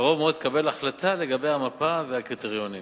ובקרוב מאוד תתקבל החלטה לגבי המפה והקריטריונים.